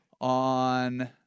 on